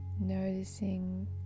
noticing